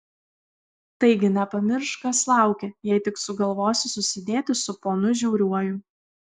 taigi nepamiršk kas laukia jei tik sugalvosi susidėti su ponu žiauriuoju